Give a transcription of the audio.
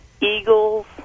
eagles